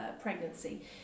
pregnancy